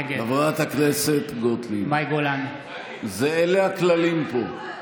נגד חברת הכנסת גוטליב, אלה הכללים פה.